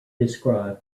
described